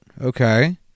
Okay